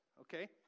okay